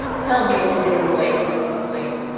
tell me if in any way he is to blame.